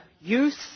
use